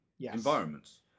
environments